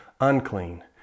unclean